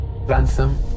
ransom